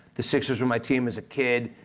the sixers were my team as a kid,